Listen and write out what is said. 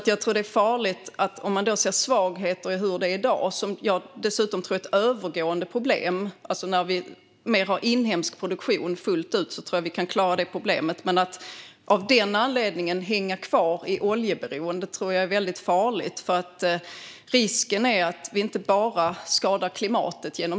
Om man ser svagheter i hur det är i dag, vilket jag dessutom tror är övergående och ett problem som vi kan klara när vi har inhemsk produktion fullt ut, tror jag att det är farligt att av den anledningen hänga kvar i oljeberoendet. Risken är att vi därigenom inte bara skadar klimatet.